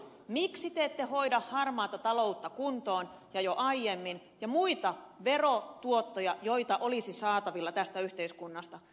miksi te ette hoida harmaata taloutta kuntoon ja jo aiemmin ja muita verotuottoja joita olisi saatavilla tästä yhteiskunnasta